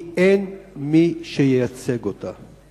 כי אין מי שייצג אותה.